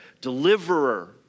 deliverer